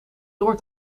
door